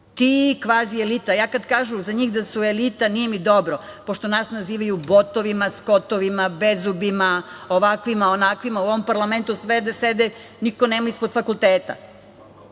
Ti, kvazi elita, kad kažu za njih da su elita, nije mi dobro, pošto nas nazivaju botovima, skotovima, bezubima, ovakvima, onakvima. U ovom parlamentu sve gde sede niko nema ispod fakulteta,